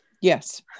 Yes